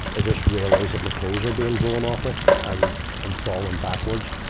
i just realized that my clothes are being blown off me. and i'm falling backwards.